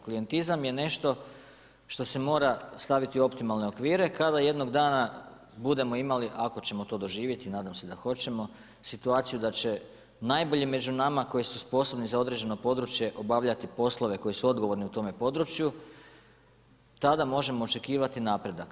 Klijentizam je nešto što se mora staviti u optimalne okvire kada jednog dana budemo imali, ako ćemo to doživjeti, nadam se da hoćemo, situaciju da će najbolji među nama koji su sposobni za određeno područje obavljati poslove koji su odgovorni u tome području, tada možemo očekivati napredak.